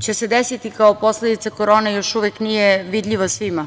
će se desiti kao posledica korone još uvek nije vidljiva svima.